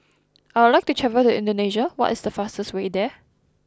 I would like to travel to Indonesia what is the fastest way there